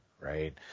Right